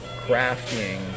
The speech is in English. crafting